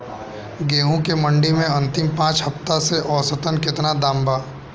गेंहू के मंडी मे अंतिम पाँच हफ्ता से औसतन केतना दाम बा?